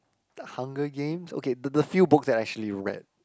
the Hunger Games okay the the few books that I actually read